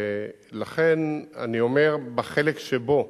לכן אני אומר, בחלק שבו